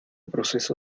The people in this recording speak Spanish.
proceso